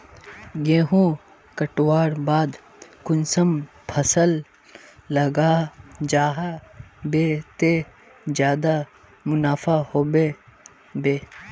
गेंहू कटवार बाद कुंसम फसल लगा जाहा बे ते ज्यादा मुनाफा होबे बे?